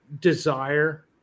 desire